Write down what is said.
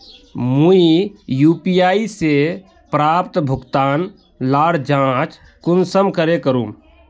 मुई यु.पी.आई से प्राप्त भुगतान लार जाँच कुंसम करे करूम?